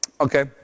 Okay